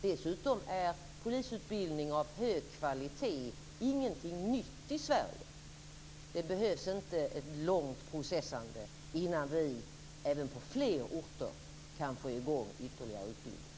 Dessutom är polisutbildning av hög kvalitet ingenting nytt i Sverige. Det behövs inte ett långt processande innan vi även på fler orter kan få i gång ytterligare utbildning.